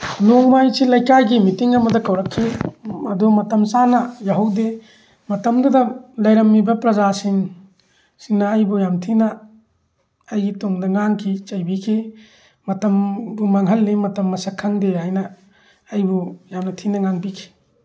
ꯅꯣꯡꯃ ꯑꯩꯁꯦ ꯂꯩꯀꯥꯏꯒꯤ ꯃꯤꯇꯤꯡ ꯑꯃꯗ ꯀꯧꯔꯛꯈꯤ ꯃꯗꯨ ꯃꯇꯝ ꯆꯥꯅ ꯌꯥꯎꯍꯧꯗꯦ ꯃꯇꯝꯗꯨꯗ ꯂꯩꯔꯝꯃꯤꯕ ꯄ꯭ꯔꯖꯥꯁꯤꯡ ꯁꯤꯅ ꯑꯩꯕꯨ ꯌꯥꯝ ꯊꯤꯅ ꯑꯩꯒꯤ ꯇꯨꯡꯗ ꯉꯥꯡꯈꯤ ꯆꯩꯕꯤꯈꯤ ꯃꯇꯝꯕꯨ ꯃꯥꯡꯍꯜꯂꯤ ꯃꯇꯝ ꯃꯁꯛ ꯈꯪꯗꯦ ꯍꯥꯏꯅ ꯑꯩꯕꯨ ꯌꯥꯝꯅ ꯊꯤꯅ ꯉꯥꯡꯕꯤꯈꯤ